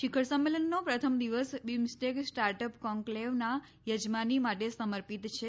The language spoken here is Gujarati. શિખર સંમેલનનો પ્રથમ દિવસ બિમ્સટેક સ્ટાર્ટઅપ કોન્કલેવના યજમાની માટે સમર્પિત છે